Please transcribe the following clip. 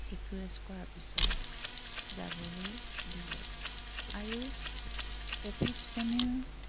request কৰাৰ পিছত যাবলৈ দিলে আৰু ট্ৰেফিকজনেও